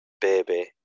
baby